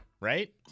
right